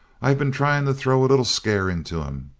i been trying to throw a little scare into him.